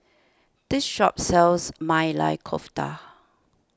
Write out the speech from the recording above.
this shop sells Maili Kofta